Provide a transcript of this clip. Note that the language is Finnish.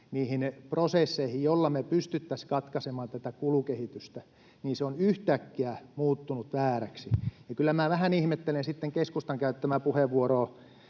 niihin prosesseihin, joilla me pystyttäisiin katkaisemaan tätä kulukehitystä, niin se on yhtäkkiä muuttunut vääräksi, joten kyllä minä vähän ihmettelen sitten keskustan käyttämää puheenvuoroa,